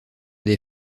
des